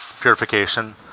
purification